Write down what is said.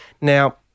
Now